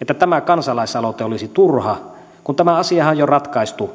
että tämä kansalaisaloite olisi turha kun tämä asiahan on jo ratkaistu